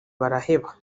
baraheba